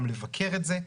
גם לבקר את זה,